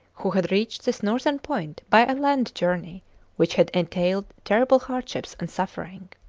who had reached this northern point by a land journey which had entailed terrible hardships and suffering.